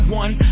one